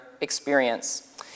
experience